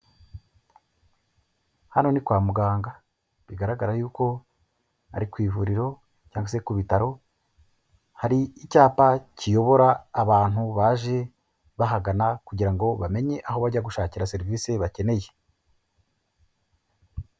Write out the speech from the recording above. Hano ni kwa muganga bigaragara yuko ari ku ivuriro cyangwa se ku bitaro, hari icyapa kiyobora abantu baje bahagana kugira ngo bamenye aho bajya gushakira serivise bakeneye.